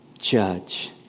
judge